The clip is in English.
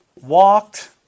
Walked